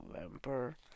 November